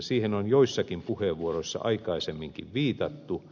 siihen on joissakin puheenvuoroissa aikaisemminkin viitattu